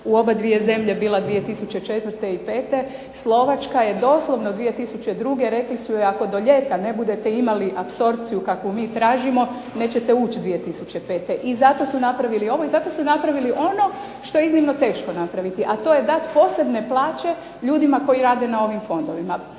u obadvije zemlje bila 2004. i 2005., Slovačka je doslovno 2002., rekli su joj ako do ljeta ne budete imali apsorpciju kakvu mi tražimo nećete ući 2005. I zato su napravili ovo i zato su napravili ono što je iznimno teško napraviti, a to je dati posebne plaće ljudima koji rade na ovim fondovima.